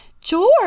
George